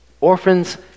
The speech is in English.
orphans